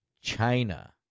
China